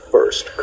First